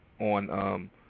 on